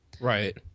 Right